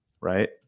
right